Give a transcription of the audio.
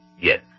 yes